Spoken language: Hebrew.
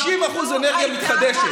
60% אנרגיה מתחדשת,